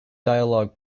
dialog